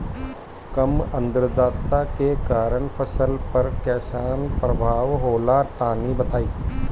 कम आद्रता के कारण फसल पर कैसन प्रभाव होला तनी बताई?